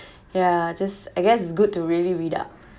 ya just I guess it's good to really read up